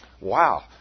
Wow